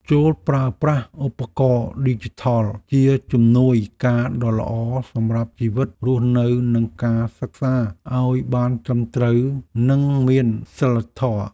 ចូរប្រើប្រាស់ឧបករណ៍ឌីជីថលជាជំនួយការដ៏ល្អសម្រាប់ជីវិតរស់នៅនិងការសិក្សាឱ្យបានត្រឹមត្រូវនិងមានសីលធម៌។